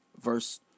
verse